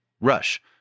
Rush